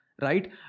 right